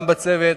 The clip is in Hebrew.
גם בצוות,